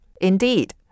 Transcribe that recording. Indeed